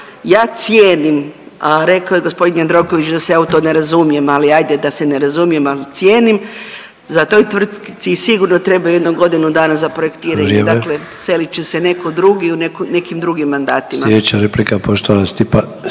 Ja cijenim, a rekao je g. Jandroković da se ja u to ne razumijem, ali ajde da se ne razumijem, ali cijenim, za toj tvrtci sigurno treba jedno godinu dana za projektiranje. .../Upadica: Vrijeme./... Dakle selit će se netko drugi u nekim drugim mandatima.